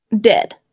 dead